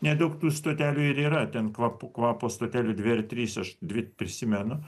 nedaug tų stotelių ir yra ten kvap kvapo stotelių dvi ar trys aš dvi prisimenu